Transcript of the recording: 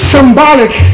Symbolic